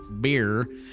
beer